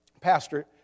Pastor